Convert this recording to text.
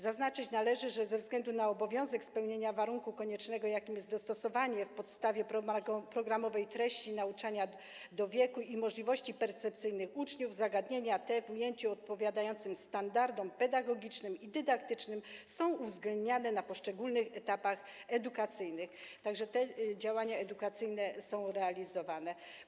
Zaznaczyć należy, że ze względu na obowiązek spełnienia warunku koniecznego, jakim jest dostosowanie w podstawie programowej treści nauczania do wieku i możliwości percepcyjnych uczniów, zagadnienia te w ujęciu odpowiadającym standardom pedagogicznym i dydaktycznym są uwzględniane na poszczególnych etapach edukacyjnych, tak że te działania edukacyjne są realizowane.